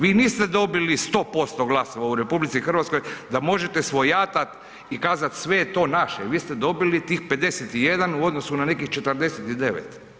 Vi niste dobili 100% glasova u RH da možete svojatat i kazat sve je to naše, vi ste dobili tih 51 u odnosu na nekih 49.